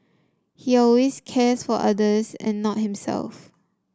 he always cares for others and not himself